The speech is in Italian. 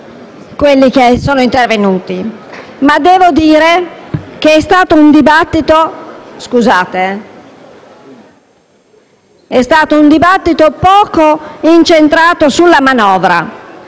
coloro che sono intervenuti. Devo però dire che è stato un dibattito poco incentrato sulla manovra